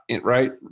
right